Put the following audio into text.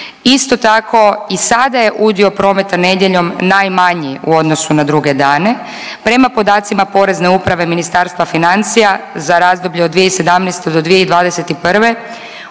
Isto tako i sada je udio prometa nedjeljom najmanji u odnosu na druge dane. Prema podacima Porezne uprave Ministarstva financija za razdoblje od 2017. do 2021.